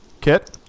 Kit